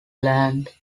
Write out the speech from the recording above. land